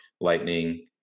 lightning